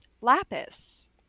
Lapis